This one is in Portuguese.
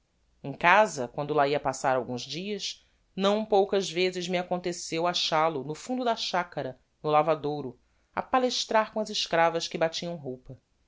em casa quando lá ia passar alguns dias não poucas vezes me aconteceu achal o no fundo da chacara no lavadouro a palestrar com as escravas que batiam roupa